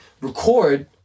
record